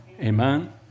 Amen